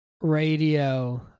radio